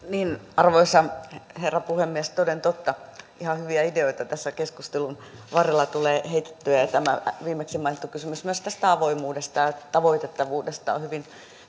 arvoisa herra puhemies toden totta ihan hyviä ideoita tässä keskustelun varrella tulee heitettyä ja tämä viimeksi mainittu kysymys myös tästä avoimuudesta ja tavoitettavuudesta on hyvin